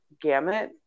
gamut